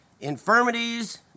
infirmities